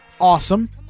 awesome